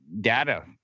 data